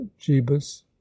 Jebus